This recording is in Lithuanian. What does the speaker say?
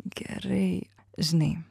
gerai žinai